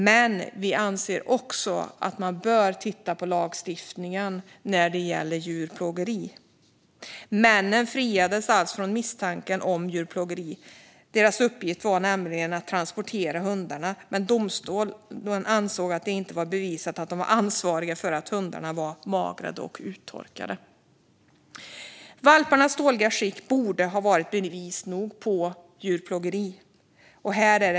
Men vi anser dessutom att man bör titta på lagstiftningen när det gäller djurplågeri. Männen friades alltså från misstanken om djurplågeri. Deras uppgift var nämligen att transportera hundarna. Men domstolen ansåg att det inte var bevisat att de var ansvariga för att hundarna var magra och uttorkade. Valparnas dåliga skick borde ha varit bevis nog på djurplågeri.